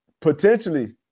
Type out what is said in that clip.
Potentially